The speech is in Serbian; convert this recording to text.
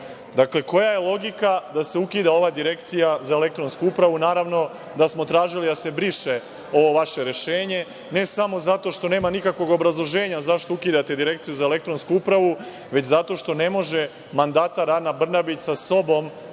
koja je logika da se ukida ova Direkcija za elektronsku upravu? Naravno da smo tražili da se briše ovo vaše rešenje, ne samo zato što nema nikakvog obrazloženja zašto ukidate Direkciju za elektronsku upravu, već zato što ne može mandatar Ana Brnabić sa sobom,